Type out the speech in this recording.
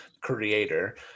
creator